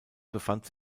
befand